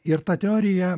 ir ta teorija